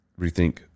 rethink